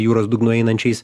jūros dugnu einančiais